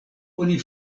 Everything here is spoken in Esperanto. oni